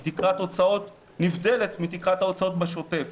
היא תקרת הוצאות נבדלת מתקרת ההוצאות בשוטף.